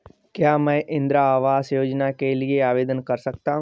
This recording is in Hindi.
क्या मैं इंदिरा आवास योजना के लिए आवेदन कर सकता हूँ?